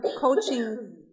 coaching